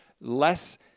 less